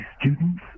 students